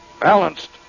Balanced